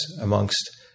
amongst